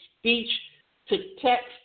speech-to-text